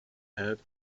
hält